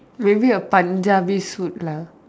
maybe a Punjabi suit lah